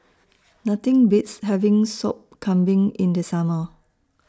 Nothing Beats having Sop Kambing in The Summer